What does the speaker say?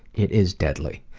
it is deadly.